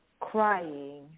crying